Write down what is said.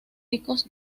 ricos